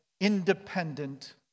independent